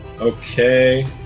Okay